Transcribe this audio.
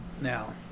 now